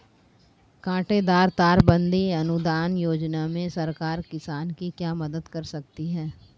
कांटेदार तार बंदी अनुदान योजना में सरकार किसान की क्या मदद करती है?